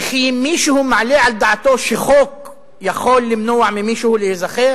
וכי מישהו מעלה על דעתו שחוק יכול למנוע ממישהו להיזכר